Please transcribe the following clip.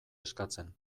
eskatzen